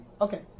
Okay